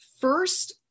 first